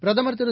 பிரதமர் திரு